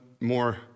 more